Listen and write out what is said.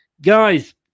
guys